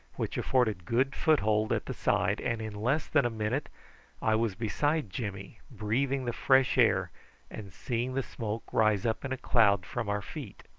which afforded good foothold at the side, and in less than a minute i was beside jimmy, breathing the fresh air and seeing the smoke rise up in a cloud from our feet.